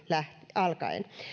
alkaen